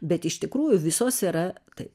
bet iš tikrųjų visos yra tai